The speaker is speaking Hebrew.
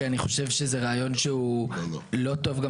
שאני חושב שזה רעיון שהוא לא טוב גם